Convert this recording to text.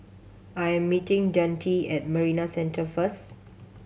I am meeting Dante at Marina Centre first